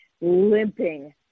limping